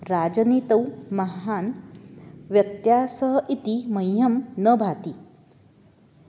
राजनीतौ महान् व्यत्यासः इति मह्यं न भाति